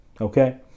Okay